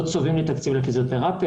לא צובעים לי תקציב לפיזיותרפיה,